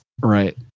right